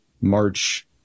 March